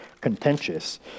contentious